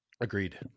agreed